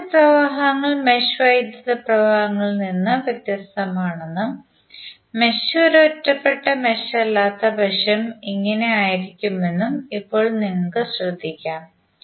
branch പ്രവാഹങ്ങൾ mesh വൈദ്യുത പ്രവാഹങ്ങളിൽ നിന്ന് വ്യത്യസ്തമാണെന്നും മെഷ് ഒരു ഒറ്റപ്പെട്ട മെഷ് അല്ലാത്തപക്ഷം ഇങ്ങനെയായിരിക്കുമെന്നും ഇപ്പോൾ നിങ്ങൾക്ക് ശ്രദ്ധിക്കാം